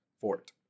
Fort